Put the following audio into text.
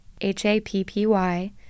H-A-P-P-Y